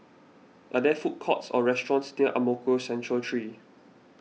are there food courts or restaurants near Ang Mo Kio Central three